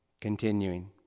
Continuing